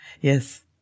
Yes